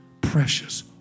precious